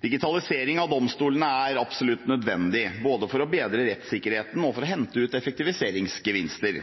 Digitalisering av domstolene er absolutt nødvendig, både for å bedre rettssikkerheten og for å hente ut effektiviseringsgevinster.